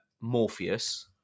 Morpheus